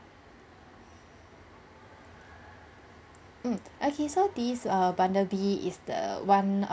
mm okay so this err bundle B is the one err~